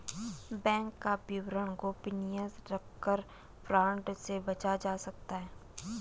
bank का विवरण गोपनीय रखकर फ्रॉड से बचा जा सकता है